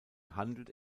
handelt